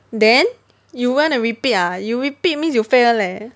then you wanna repeat ah if you repeat means you fail leh